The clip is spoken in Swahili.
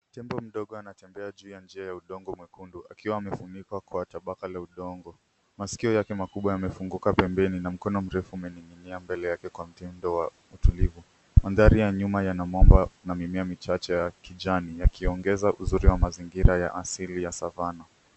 Tembo mdogo, anatembea juu ya njia wa udongo mwekundu akiwa amefunikwa kwa tabaka la udongo, masikio yake makubwa yamefunguka pembeni na mkono mrefu umening'inia mbele yake. Kwa mtindo wake mtulivu, mandhari ya nyuma yana mwamba na mimea michache ya kijani, yakiongeza uzuri wa mazingira ya asili ya savana.